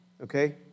Okay